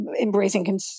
embracing